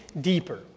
deeper